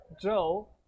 Joe